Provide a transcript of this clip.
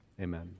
Amen